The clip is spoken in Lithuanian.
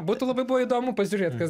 būtų labai buvę įdomu pažiūrėt kas